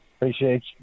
Appreciate